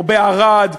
בערד,